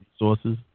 resources